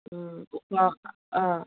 ꯎꯝ ꯑ